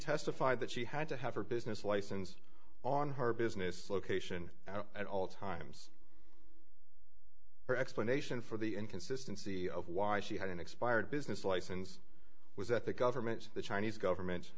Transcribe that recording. testified that she had to have her business license on her business location at all times her explanation for the inconsistency of why she had an expired business license was that the government the chinese government